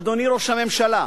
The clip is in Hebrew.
אדוני ראש הממשלה,